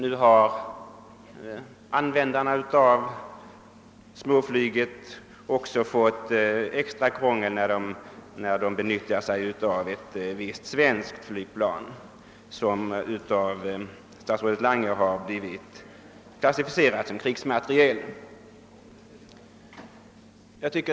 Utövarna av allmänflyget har nu fått extra krångel i de fall där de benyttar sig av ett svenskt flygplan av viss typ, vilket av statsrådet Lange blivit klassificerat som krigsmateriel.